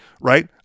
right